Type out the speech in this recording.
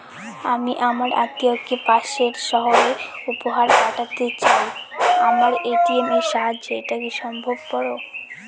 আমি আমার আত্মিয়কে পাশের সহরে উপহার পাঠাতে চাই আমার এ.টি.এম এর সাহায্যে এটাকি সম্ভবপর?